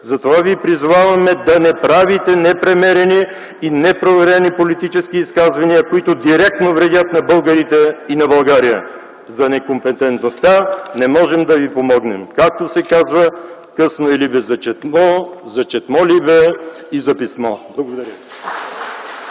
Затова Ви призоваваме да не правите непремерени и непроверени политически изказвания, които директно вредят на българите и на България. За некомпетентността не можем да Ви помогнем! Както се казва: „Късно е, либе, за четмо, за четмо, либе, и за писмо!” Благодаря